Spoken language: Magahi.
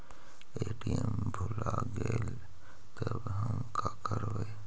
ए.टी.एम भुला गेलय तब हम काकरवय?